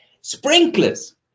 sprinklers